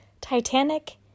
Titanic